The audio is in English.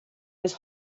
was